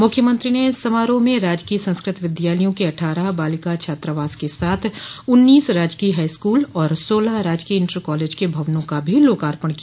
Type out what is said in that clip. मुख्यमंत्री ने समारोह में राजकीय संस्कृत विद्यालयों के अट्ठारह बालिका छात्रावास के साथ उन्नीस राजकीय हाईस्कूल और सोलह राजकीय इंटर कॉलेज के भवनों का भी लोकार्पण किया